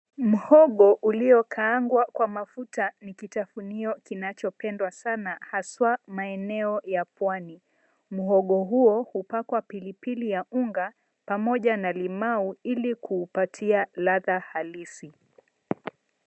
Muhogo uliyokaangwa kwa mafuta ni kitafunio kinachopendwa sana haswa maeneo ya pwani. Muhogo huo hupakwa pilipili ya unga pamoja na limau ili kuupatia ladha halisi.